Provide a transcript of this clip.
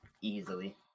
easily